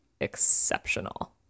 exceptional